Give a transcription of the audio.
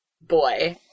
boy